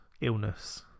illness